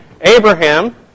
Abraham